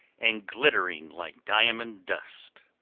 and glittering like diamond dust.